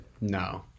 no